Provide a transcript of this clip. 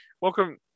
welcome